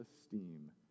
esteem